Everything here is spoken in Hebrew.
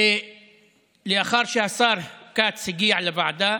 לאחר שהשר כץ הגיע לוועדה